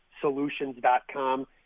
solutions.com